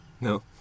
No